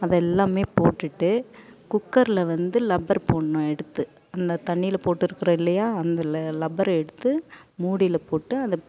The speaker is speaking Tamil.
அதெல்லாம் போட்டுட்டு குக்கரில் வந்து லப்பர் போடணும் எடுத்து அந்த தண்ணியில் போட்டுருக்கிறோம் இல்லையா அந்த ரப்பர எடுத்து மூடியில் போட்டு அந்த